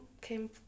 came